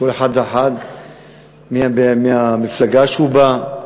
כל אחד ואחד מהמפלגה שהוא בא ממנה.